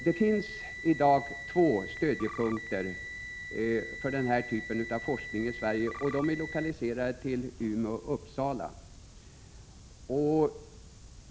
Det finns i dag två stödjepunkter för denna typ av forskning i Sverige. De är lokaliserade till Umeå och Uppsala.